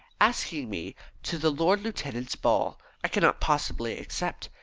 asking me to the lord-lieutenant's ball. i cannot possibly accept.